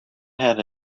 had